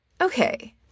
Okay